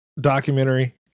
documentary